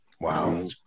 Wow